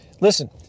Listen